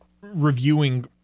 reviewing